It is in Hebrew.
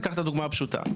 ניקח את הדוגמא הפשוטה.